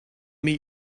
meet